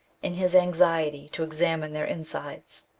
in his anxiety to examine their insides.